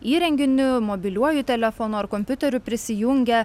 įrenginiu mobiliuoju telefonu ar kompiuteriu prisijungia